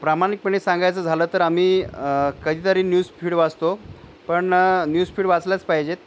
प्रामाणिकपणे सांगायचं झालं तर आम्ही कधीतरी न्यूज फीड वाचतो पण न्यूज फीड वाचल्याच पाहिजेत